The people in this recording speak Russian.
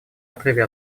отрыве